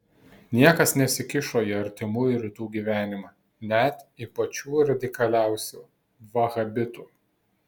niekas nesikišo į artimųjų rytų gyvenimą net į pačių radikaliausių vahabitų